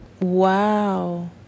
Wow